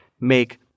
make